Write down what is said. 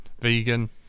vegan